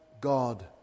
God